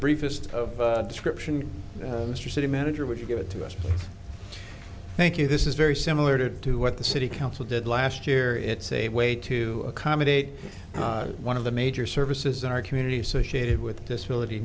briefest of description is your city manager would you give it to us thank you this is very similar to what the city council did last year it's a way to accommodate one of the major services in our community associated with disability